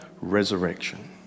resurrection